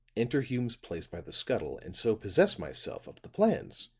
enter hume's place by the scuttle and so possess myself of the plans.